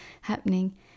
happening